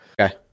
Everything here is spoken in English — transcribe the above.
Okay